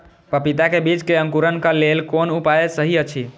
पपीता के बीज के अंकुरन क लेल कोन उपाय सहि अछि?